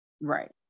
Right